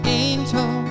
angel